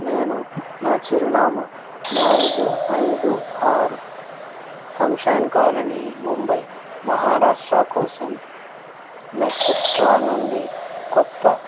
నేను నా చిరునామా నాలుగు ఐదు ఆరు సన్షైన్ కాలనీ ముంబై మహారాష్ట్ర కోసం నెక్స్ట్రా నుండి కొత్త